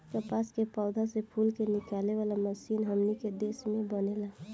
कपास के पौधा से फूल के निकाले वाला मशीनों हमनी के देश में बनेला